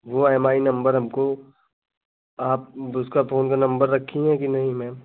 वह M I नंबर हमको आप फोन का नंबर रखी हैं कि नहीं मैम